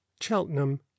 Cheltenham